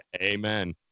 Amen